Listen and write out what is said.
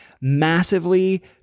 massively